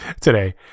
today